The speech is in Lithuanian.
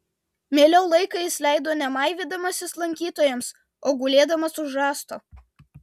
mieliau laiką jis leido ne maivydamasis lankytojams o gulėdamas už rąsto